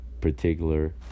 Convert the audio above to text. particular